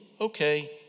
okay